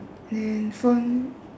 then phone